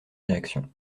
réactions